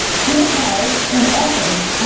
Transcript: he has, in essence,